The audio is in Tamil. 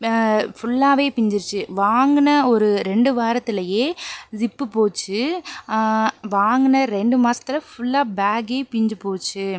ஃபுல்லாவே பிஞ்சுருச்சி வாங்குன ஒரு ரெண்டு வாரத்துலேயே ஜிப்பு போய்ச்சி வாங்குன ரெண்டு மாசததில் ஃபுல்லா பேக்கே பிஞ்சுபோச்சு